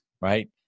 Right